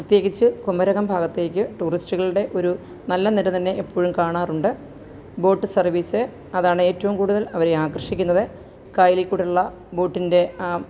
പ്രത്യേകിച്ച് കുമരകം ഭാഗത്തേക്കു ടൂറിസ്റ്റുകളുടെ ഒരു നല്ല നിര തന്നെ എപ്പോഴും കാണാറുണ്ട് ബോട്ട് സര്വ്വീസ് അതാണ് ഏറ്റവും കൂടുതല് അവരെ ആകര്ഷിക്കുന്നത് കായലില്ക്കൂടുള്ള ബോട്ടിന്റെ